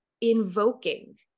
invoking